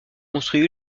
construit